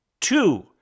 two